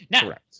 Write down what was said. Correct